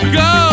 go